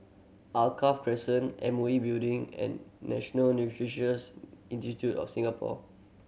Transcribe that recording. Alkaff Crescent M O E Building and National Neuroscience Institute of Singapore